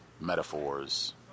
metaphors